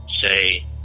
say